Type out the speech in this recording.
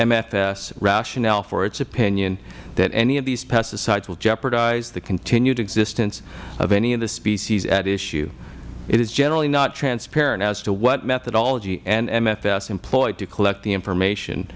nmfs rationale for its opinion that any of these pesticides will jeopardize the continued existence of any of the species at issue it is generally not transparent as to what methodology nmfs employed to collect the information